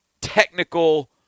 technical